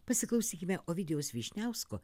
pasiklausykime ovidijaus vyšniausko